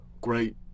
Great